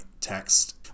text